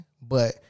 but-